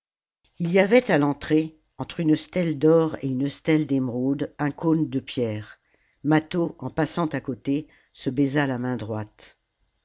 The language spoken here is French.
il y avait à l'entrée entre une stèle d'or et une stèle d'émeraude un cône de pierre mâtho en passant à côté se baisa la main droite